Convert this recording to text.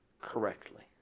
correctly